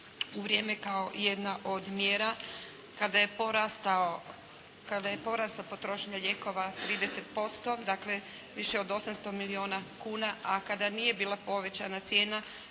u vrijeme kao jedna od mjera kada je porasla potrošnja lijekova 30%. Dakle, više od 800 milijuna kuna, a kada nije bila povećana cijena